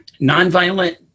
nonviolent